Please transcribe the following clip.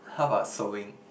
how about sewing